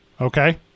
okay